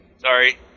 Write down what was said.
Sorry